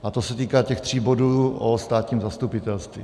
A to se týká těch tří bodů o státním zastupitelství.